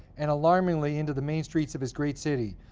and alarmingly, into the main streets of his great city.